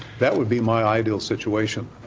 that would be my idea situation.